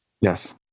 Yes